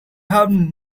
have